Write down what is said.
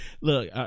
Look